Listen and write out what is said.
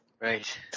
Right